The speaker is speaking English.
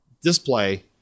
display